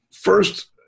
First